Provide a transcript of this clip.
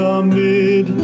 amid